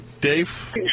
Dave